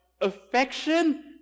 affection